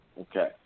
Okay